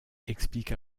explique